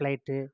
flight